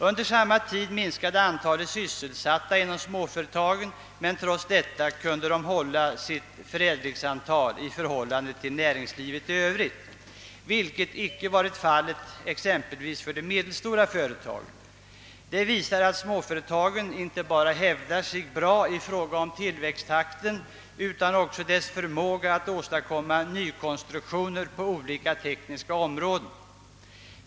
Under samma tid minskade antalet sysselsatta inom småföretagen, men trots detta kunde de hålla sin förädlingsandel i förhållande till näringslivet i övrigt, vilket icke varit fallet för exempelvis de medelstora företagen. Detta visar att småföretagen hävdar sig bra inte bara i fråga om tillväxttakten utan också när det gäller förmågan att åstadkomma nykonstruktioner på olika tekniska områden.